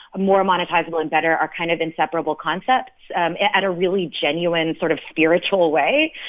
more monetizable and better are kind of inseparable concepts at a really genuine sort of spiritual way.